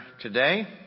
today